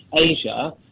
Asia